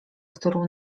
którą